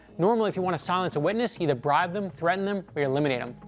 normally, if you want to silence a witness, either bribe them, threaten them, or eliminate them.